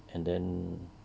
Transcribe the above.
and then